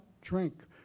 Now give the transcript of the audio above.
drink